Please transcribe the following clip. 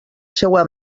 seua